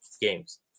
games